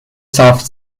south